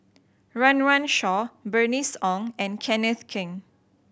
Run Run Shaw Bernice Ong and Kenneth Keng